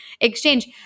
exchange